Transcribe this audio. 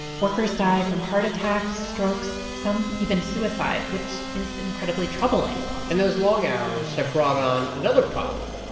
workers die from heart attacks, strokes, some even suicide, which is incredibly troubling and those long hours have brought on another problem.